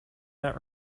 not